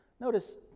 Notice